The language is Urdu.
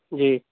جی